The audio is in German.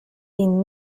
ihn